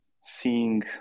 seeing